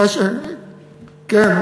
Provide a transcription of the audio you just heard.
כן,